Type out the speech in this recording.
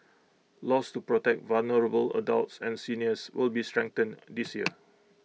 laws to protect vulnerable adults and seniors will be strengthened this year